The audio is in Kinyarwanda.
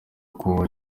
uko